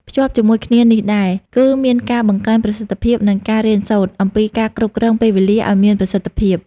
ភ្ជាប់ជាមួយគ្នានោះដែរ គឺមានការបង្កើនប្រសិទ្ធភាព និងការរៀនសូត្រ អំពីការគ្រប់គ្រងពេលវេលាឱ្យមានប្រសិទ្ធភាព។